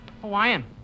Hawaiian